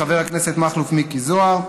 חבר הכנסת מכלוף מיקי זוהר.